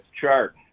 chart